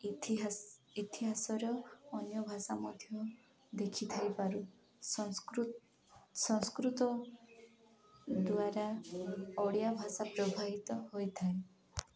ଇତିହାସ ଇତିହାସର ଅନ୍ୟ ଭାଷା ମଧ୍ୟ ଦେଖିଥାଇପାରୁ ସଂସ୍କୃତ ଦ୍ୱାରା ଓଡ଼ିଆ ଭାଷା ପ୍ରଭାହିିତ ହୋଇଥାଏ